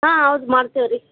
ಹಾಂ ಹೌದು ಮಾಡ್ತೀವಿ ರೀ